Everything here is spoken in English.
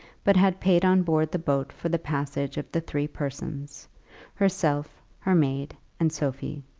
but had paid on board the boat for the passage of the three persons herself, her maid, and sophie.